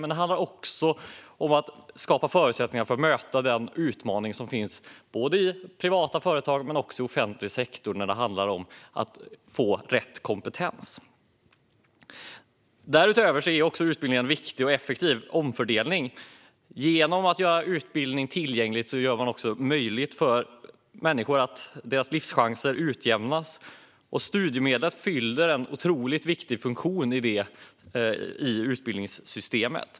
Men det handlar också om att skapa förutsättningar för att möta den utmaning som finns både i privata företag och i offentlig sektor när det gäller att få rätt kompetens. Därutöver är utbildning viktig och effektiv för omfördelning. Genom att göra utbildning tillgänglig gör man det möjligt för människor att jämna ut sina livschanser. Studiemedlen fyller en otroligt viktig funktion i utbildningssystemet.